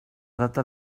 data